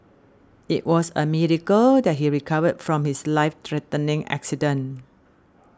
it was a miracle that he recovered from his life threatening accident